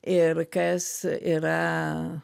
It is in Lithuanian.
ir kas yra